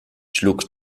schlug